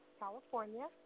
California